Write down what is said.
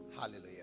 Hallelujah